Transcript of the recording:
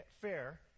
fair